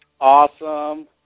awesome